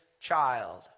child